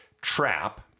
trap